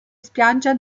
spiaggia